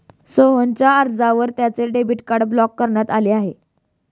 सोहनच्या अर्जावर त्याचे डेबिट कार्ड ब्लॉक करण्यात आले आहे